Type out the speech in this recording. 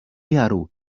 jaru